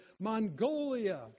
Mongolia